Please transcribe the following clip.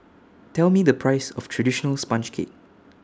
Tell Me The Price of Traditional Sponge Cake